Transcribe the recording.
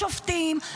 השופטים.